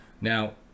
now